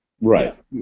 Right